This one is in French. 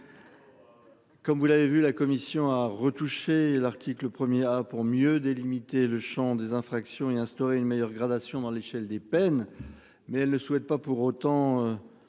Comme vous l'avez vu, la commission a retouché. L'article 1er à pour mieux délimiter le Champ des infractions et instaurer une meilleure gradation dans l'échelle des peines. Mais elle ne souhaite pas pour autant.